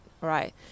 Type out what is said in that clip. Right